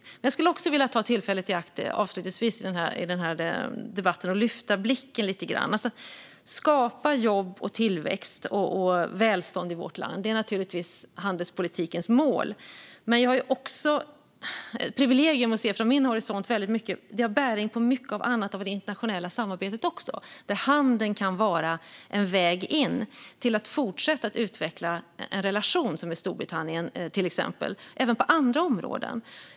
Avslutningsvis skulle jag också vilja ta tillfället i akt att lyfta blicken lite grann. Att skapa jobb, tillväxt och välstånd i vårt land är naturligtvis handelspolitikens mål, men det är ett privilegium från min horisont att se att den har bäring på mycket annat av det internationella samarbetet också. Handeln kan vara en väg in till att fortsätta utveckla en relation med till exempel Storbritannien även på andra områden.